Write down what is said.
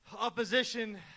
Opposition